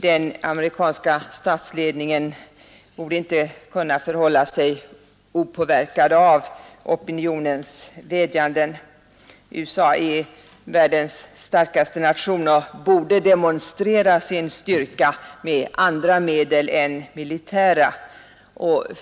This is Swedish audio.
Den amerikanska statsledningen borde inte kunna förhålla sig opåverkad av opinionens vädjanden. USA är världens starkaste nation och borde demonstrera sin styrka med andra medel än militära.